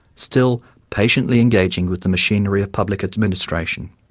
still patiently engaging with the machinery of public administration,